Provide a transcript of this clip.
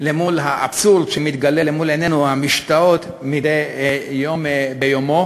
למול האבסורד שמתגלה אל מול עינינו המשתאות מדי יום ביומו.